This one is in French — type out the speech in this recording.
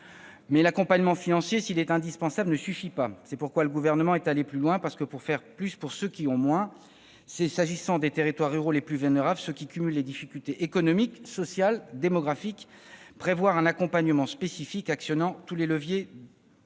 L'accompagnement financier, s'il est indispensable, ne suffit pas. C'est pourquoi le Gouvernement est allé plus loin. En effet, faire plus pour ceux qui ont moins, cela signifie, s'agissant des territoires ruraux les plus vulnérables- ceux qui cumulent les plus fortes difficultés économiques, sociales, démographiques -, qu'il faut prévoir un accompagnement spécifique actionnant tous les leviers